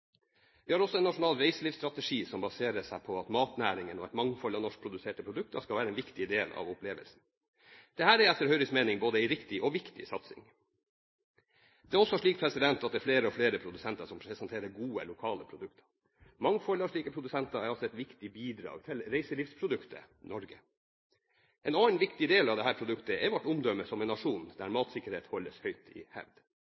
Vi har også en nasjonal reiselivsstrategi, som baserer seg på at matnæringene og et mangfold av norskproduserte produkter skal være en viktig del av opplevelsen. Dette er etter Høyres mening både en riktig og viktig satsing. Det er også slik at det er flere og flere produsenter som presenterer gode, lokale produkter. Mangfoldet av slike produsenter er altså et viktig bidrag til reiselivsproduktet Norge. En annen viktig del av dette produktet er vårt omdømme som en nasjon der matsikkerhet holdes høyt i hevd.